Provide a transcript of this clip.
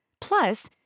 Plus